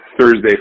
Thursday